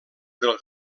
del